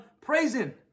praising